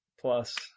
plus